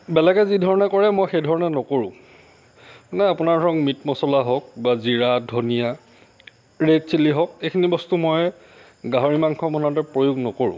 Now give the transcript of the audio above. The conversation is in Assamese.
বেলেগে যি ধৰণে কৰে মই সেই ধৰণে নকৰোঁ মানে আপোনাৰ ধৰক মিট মচলা হওক বা জিৰা ধনীয়া ৰেড চিলি হওক এইখিনি বস্তু মই গাহৰি মাংস বনাওঁতে প্ৰয়োগ নকৰোঁ